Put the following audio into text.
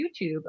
YouTube